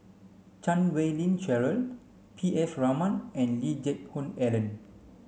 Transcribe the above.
Chan Wei Ling Cheryl P S Raman and Lee Geck Hoon Ellen